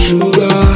Sugar